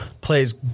plays